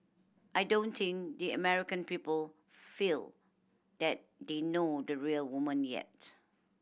I don't think the American people feel that they know the real woman yet